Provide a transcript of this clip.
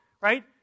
right